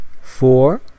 four